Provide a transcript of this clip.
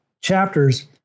chapters